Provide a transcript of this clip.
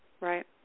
right